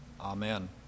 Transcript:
Amen